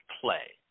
play